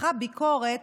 מתחה ביקורת